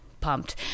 pumped